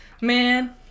man